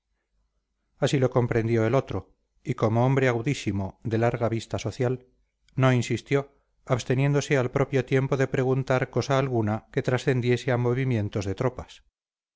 así lo comprendió el otro y como hombre agudísimo de larga vista social no insistió absteniéndose al propio tiempo de preguntar cosa alguna que trascendiese a movimientos de tropas